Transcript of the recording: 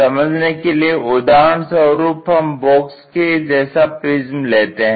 समझने के लिए उदाहरण स्वरूप हम बॉक्स के जैसा प्रिज्म लेते हैं